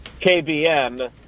KBN